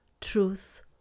truth